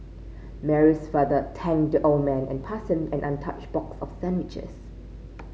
Mary's father thanked the old man and passed him an untouched box of sandwiches